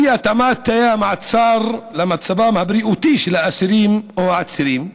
אי-התאמת תאי המעצר למצבם הבריאותי של האסירים או העצירים ועוד.